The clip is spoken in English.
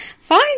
Fine